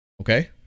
okay